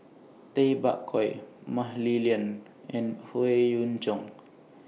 Tay Bak Koi Mah Li Lian and Howe Yoon Chong